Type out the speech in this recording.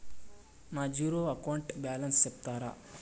నా zero account balance సెప్తారా?